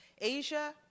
asia